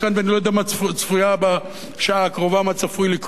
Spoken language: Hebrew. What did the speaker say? ואני לא יודע מה צפוי בשעה הקרובה לקרות